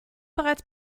bereits